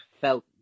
felt